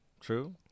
true